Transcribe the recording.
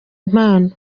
impano